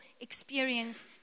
experience